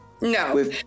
no